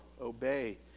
obey